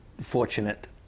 fortunate